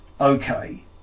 okay